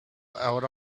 out